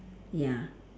ya